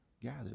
gather